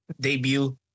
debut